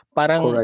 parang